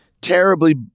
terribly